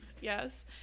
Yes